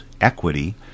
equity